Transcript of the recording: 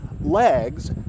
legs